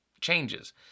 changes